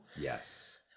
Yes